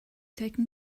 taken